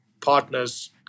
partners